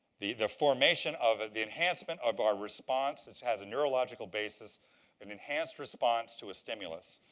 the the formation of the enhancement of our response. it has a neurological basis an enhanced response to a stimulus.